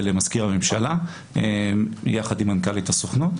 מזכיר הממשלה יחד עם מנכ"לית הסוכנות.